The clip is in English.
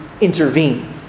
intervene